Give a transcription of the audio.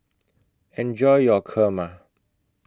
eenjoy your Kurma